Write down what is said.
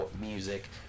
music